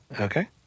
Okay